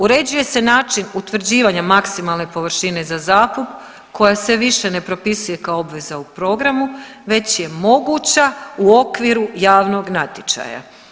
Uređuje se način utvrđivanja maksimalne površine za zakup koja se više ne propisuje kao obveza u programu već je moguća u okviru javnog natječaja.